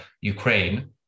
Ukraine